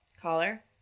Caller